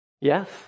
Yes